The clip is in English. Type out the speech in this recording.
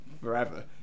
forever